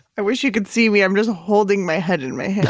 i wish you could see me. i'm just holding my head in my